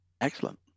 excellent